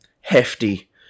hefty